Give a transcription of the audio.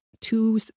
two